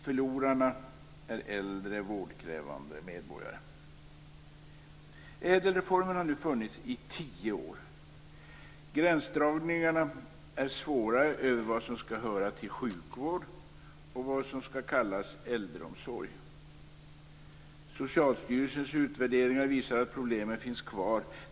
Förlorarna är äldre, vårdkrävande medborgare. Ädelreformen har nu funnits i tio år. Gränsdragningarna är svåra att göra mellan vad som skall höra till sjukvård och vad som skall kallas äldreomsorg. Socialstyrelsens utvärderingar visar att problemen finns kvar.